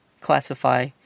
classify